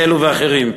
כאלה ואחרים.